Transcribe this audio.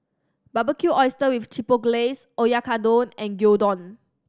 Barbecued Oyster with Chipotle Glaze Oyakodon and Gyudon